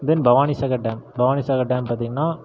தென் Bhavanisagar dam Bhavanisagar dam பார்த்திங்கன்னா